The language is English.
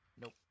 Nope